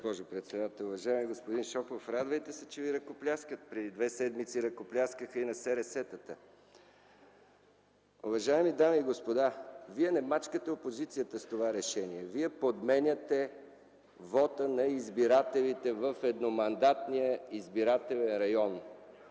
Уважаеми господин Шопов, радвайте се, че Ви ръкопляскат. Преди две седмици ръкопляскаха и на СРС-тата. Уважаеми дами и господа! Вие не мачкате опозицията с това решение, вие подменяте вота на избирателите в едномандатния избирателен район.